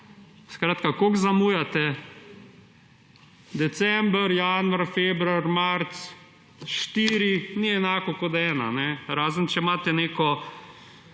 Skratka, koliko zamujate? December, januar, februar, marec – štiri ni enako kot ena. Razen če imate neko